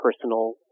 personal